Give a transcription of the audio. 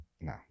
No